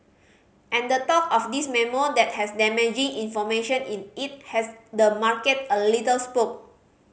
and the talk of this memo that has damaging information in it has the market a little spooked